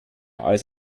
als